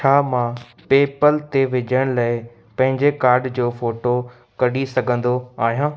छा मां पे पल ते विझण लाइ पंहिंजे कार्ड जो फोटो कढी सघंदो आहियां